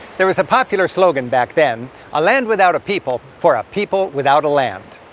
there was a popular slogan back then a land without a people for a people without a land.